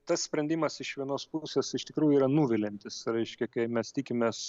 tas sprendimas iš vienos pusės iš tikrųjų yra nuviliantis reiškia kai mes tikimės